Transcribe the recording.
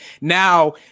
Now